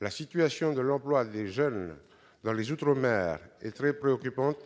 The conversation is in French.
La situation de l'emploi des jeunes dans les outre-mer est très préoccupante.